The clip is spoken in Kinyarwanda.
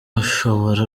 ashobora